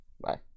Bye